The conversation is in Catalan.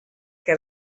que